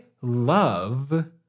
love